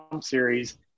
series